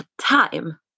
time